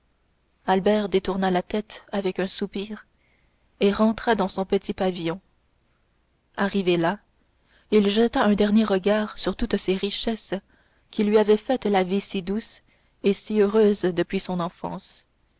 albert détourna la tête avec un soupir et rentra dans son petit pavillon arrivé là il jeta un dernier regard sur toutes ces richesses qui lui avaient fait la vie si douce et si heureuse depuis son enfance